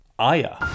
Aya